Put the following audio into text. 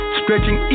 stretching